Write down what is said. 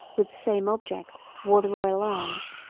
with the same object, wore the royal arms.